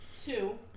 Two